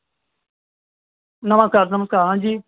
नमस्कार नमस्कार हां जी